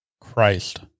Christ